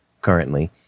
currently